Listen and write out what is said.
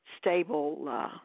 Stable